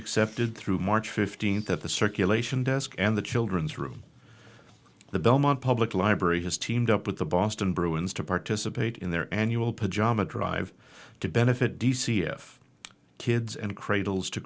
accepted through march fifteenth at the circulation desk and the children's room the belmont public library has teamed up with the boston bruins to participate in their annual pajama drive to benefit d c s kids and cradles to